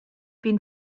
been